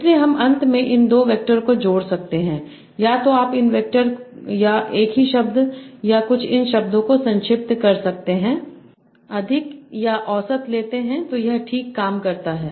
इसलिए हम अंत में इन 2 वैक्टर को जोड़ सकते हैं या तो आप इन वैक्टर या एक ही शब्द या कुछ इन शब्दों को संक्षिप्त कर सकते हैं अधिक या औसत लेते हैं और यह ठीक काम करता है